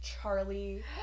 Charlie